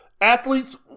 Athletes